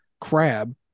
crab